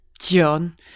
John